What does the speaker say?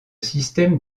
système